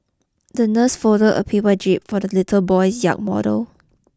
the nurse folded a paper jib for the little boy's yacht model